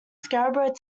scarborough